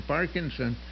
Parkinson